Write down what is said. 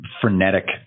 frenetic